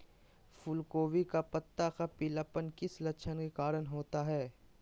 फूलगोभी का पत्ता का पीलापन किस लक्षण के कारण होता है?